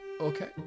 okay